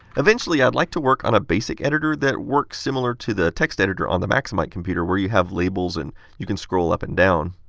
eventually, i'd like to work on a basic editor that works similar to the text-editor on the maximite computer where you have labels and can scroll up and down.